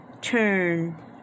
turn